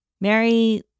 Mary